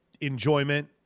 enjoyment